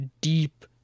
deep